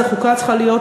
איזו חוקה צריכה להיות,